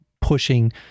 pushing